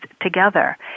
together